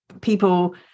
people